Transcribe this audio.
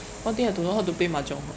one thing I don't know how to play mahjong hor